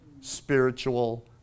spiritual